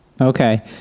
Okay